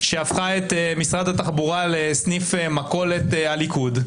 שהפכה את משרד התחבורה לסניף מכולת הליכוד.